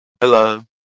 Hello